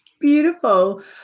Beautiful